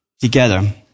together